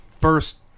first